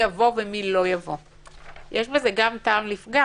גם בזה יש טעם לפגם